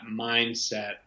mindset